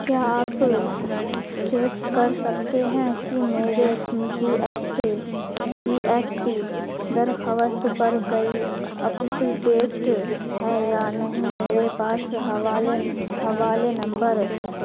کیا آپ چیک کر سکتے ہیں کہ میرے جی ایس ٹی جی ایس ٹی درخواست پر کئی اپ ڈیٹ ہے یا نہیں میرے پاس حوالین حوالے نمبر